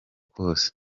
kose